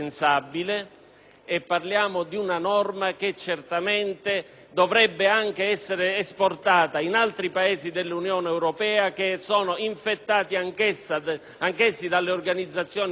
dovrebbe anche essere esportata in altri Paesi dell'Unione europea, infettati anch'essi dalle organizzazioni mafiose, ma che continuano a non voler adottare